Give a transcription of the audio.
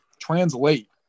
translate